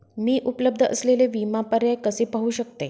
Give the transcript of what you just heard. मी उपलब्ध असलेले विमा पर्याय कसे पाहू शकते?